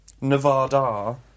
Nevada